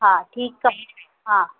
हा ठीकु आहे हा